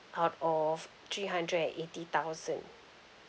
out of three hundred and eighty thousand